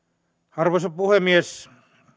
arvoisa puhemies